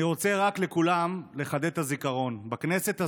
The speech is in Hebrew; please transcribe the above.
אני רוצה רק לחדד את הזיכרון לכולם: בכנסת הזו,